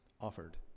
offered